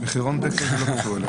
הוא לא קשור אליך?